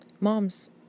mom's